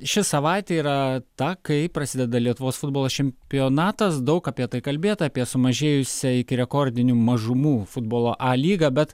ši savaitė yra ta kai prasideda lietuvos futbolo čempionatas daug apie tai kalbėta apie sumažėjusią iki rekordinių mažumų futbolo a lygą bet